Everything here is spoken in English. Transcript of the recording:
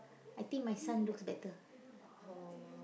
I think my son looks better